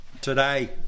today